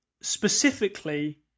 specifically